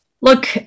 Look